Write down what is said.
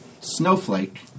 snowflake